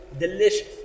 Delicious